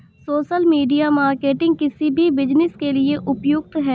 social media marketing किसी भी business के लिए उपयुक्त है